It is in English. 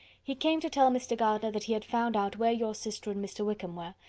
he came to tell mr. gardiner that he had found out where your sister and mr. wickham were,